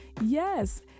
Yes